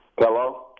Hello